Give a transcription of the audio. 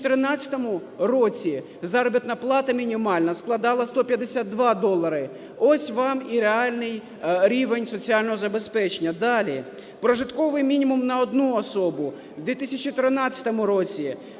В 2013 році заробітна плата мінімальна складала 152 долари. Ось вам і реальний рівень соціального забезпечення. Далі. Прожитковий мінімум на одну особу в 2013 році